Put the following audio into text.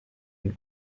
and